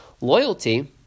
loyalty